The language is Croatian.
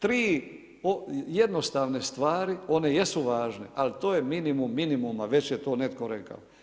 Tri jednostavne stvari one jesu važne, ali to je minimum minimuma već je to netko rekao.